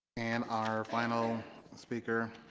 and our final speaker